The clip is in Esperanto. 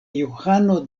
johano